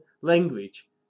language